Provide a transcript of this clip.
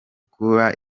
kuba